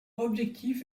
objectif